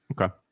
Okay